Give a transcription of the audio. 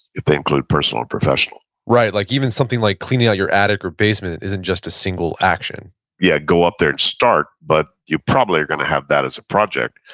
if they include personal and professional right, like even something like cleaning out your attic or basement isn't just a single action yeah, go up there and start, but you probably are going to have that as a project,